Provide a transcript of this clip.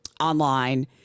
online